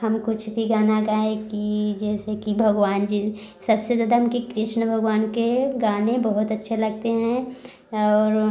हम कुछ भी गाना गाए कि जैसे कि भगवान जी सबसे ज़्यादा उनके कृष्ण भगवान के गाने बहुत अच्छे लगते हैं और